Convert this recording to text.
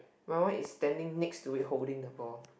my one is standing next to it holding the ball